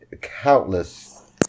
countless